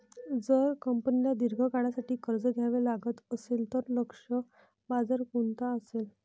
जर कंपनीला दीर्घ काळासाठी कर्ज घ्यावे लागत असेल, तर लक्ष्य बाजार कोणता असेल?